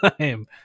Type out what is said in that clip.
time